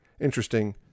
interesting